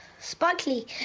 sparkly